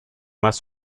más